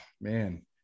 man